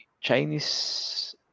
Chinese